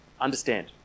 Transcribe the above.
Understand